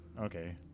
okay